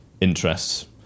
interests